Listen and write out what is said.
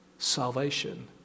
salvation